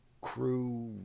crew